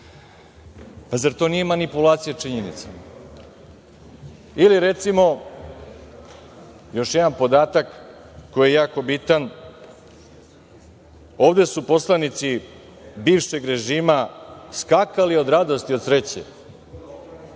dana. Zar to nije manipulacija činjenicama? Ili, recimo, još jedan podatak koji je jako bitan. Ovde su poslanici bivšeg režima skakali od radosti i od sreće